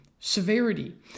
Severity